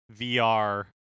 VR